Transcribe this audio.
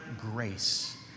grace